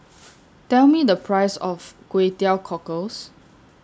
Tell Me The Price of Kway Teow Cockles